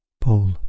Paul